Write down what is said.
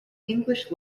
english